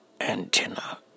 antenna